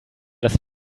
lass